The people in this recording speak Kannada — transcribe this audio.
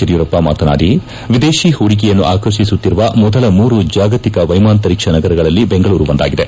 ಯಡಿಯೂರಪ್ಪ ಮಾತನಾಡಿ ವಿದೇತಿ ಹೂಡಿಕೆಯನ್ನು ಆಕರ್ಷಿಸುತ್ತಿರುವ ಮೊರು ಜಾಗತಿಕ ವೈಮಾಂತರಿಕ್ಷ ನಗರಗಳಲ್ಲಿ ಬೆಂಗಳೂರು ಒಂದಾಗಿದೆ